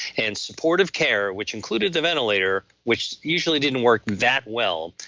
and supportive care, which included the ventilator, which usually didn't work that well,